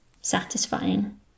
satisfying